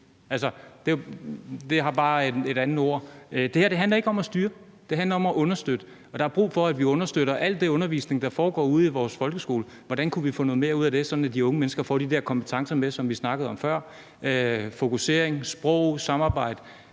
Det her handler ikke om at styre, det handler om at understøtte, og der er brug for, at vi understøtter al den undervisning, der foregår ude i vores folkeskole, med hensyn til hvordan vi kunne få noget mere ud af den, sådan at de unge mennesker får de der kompetencer, som vi snakkede om før, med sig – fokusering, sprog, samarbejde,